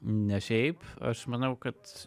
ne šiaip aš manau kad